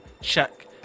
check